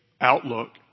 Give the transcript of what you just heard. outlook